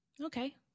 Okay